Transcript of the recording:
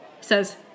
says